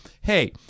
hey